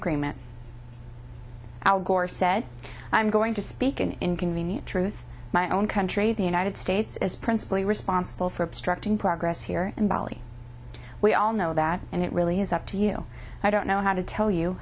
agreement al gore said i'm going to speak an inconvenient truth my own country the united states is principally responsible for obstructing progress here in bali we all know that and it really is up to you i don't know how to tell you